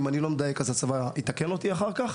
אם אני לא מדייק, הצבא יתקן אותי אחר כך.